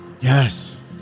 Yes